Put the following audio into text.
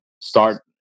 start